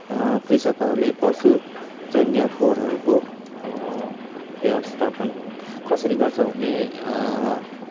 कृषकहरूले पशुजन्य फोहोरहरूको व्यवस्थापन कसरी गर्छ भने